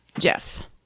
Jeff